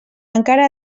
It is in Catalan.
encara